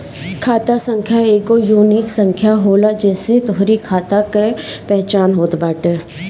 खाता संख्या एगो यूनिक संख्या होला जेसे तोहरी खाता कअ पहचान होत बाटे